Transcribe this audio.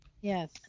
Yes